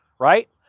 right